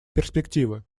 перспективы